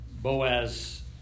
Boaz